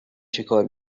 چیکار